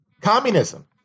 communism